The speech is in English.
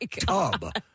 tub